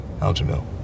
Aljamil